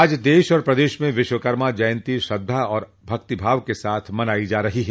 आज देश और प्रदेश में विश्वकर्मा जयन्ती श्रद्धा और भक्तिभाव के साथ मनाई जा रही है